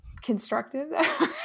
constructive